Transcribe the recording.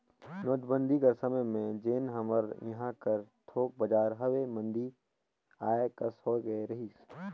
नोटबंदी कर समे में जेन हमर इहां कर थोक बजार हवे मंदी आए कस होए गए रहिस